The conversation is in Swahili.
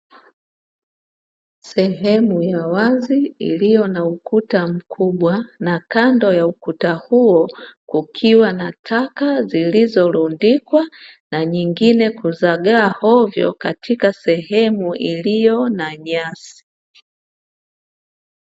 Sehemu ya wazi, iliyo na ukuta mkubwa na kando ya ukuta huo kukiwa na taka zilizorundikwa na kuzagaa hovyo katika sehemu iliyo na nyasi.